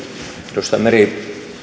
edustaja meri